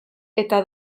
eta